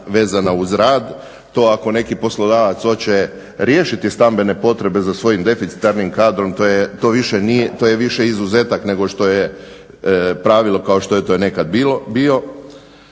to je više izuzetak nego što je pravilo kao što je to nekad bilo.